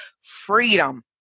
freedom